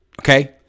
Okay